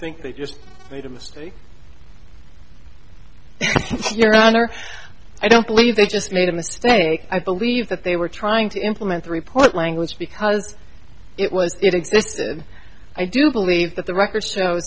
think they just made a mistake your honor i don't believe they just made a mistake i believe that they were trying to implement the report language because it was it exists and i do believe that the record show